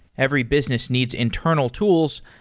every business needs internal tools,